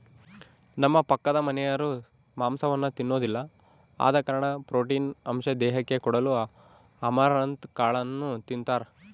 ನಮ್ಮ ಪಕ್ಕದಮನೆರು ಮಾಂಸವನ್ನ ತಿನ್ನೊದಿಲ್ಲ ಆದ ಕಾರಣ ಪ್ರೋಟೀನ್ ಅಂಶ ದೇಹಕ್ಕೆ ಕೊಡಲು ಅಮರಂತ್ ಕಾಳನ್ನು ತಿಂತಾರ